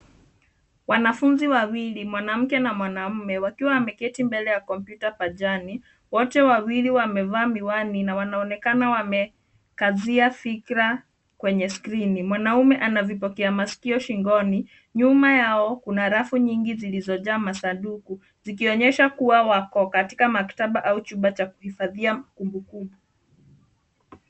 Wanafunzi wawili ,mwanamke na mwanaume wakiwa ameketi mbele ya kompyuta pajani , wote wawili wamevaa miwani na wanaonekana wamekazia fikra kwenye skrini. Mwanaume anavipokea masikio shingoni. Nyuma yao kuna rafu nyingi zilizojaa masanduku zikionyesha kuwa wako katika mapito au chumba cha kuhifadhi kumbukumbu.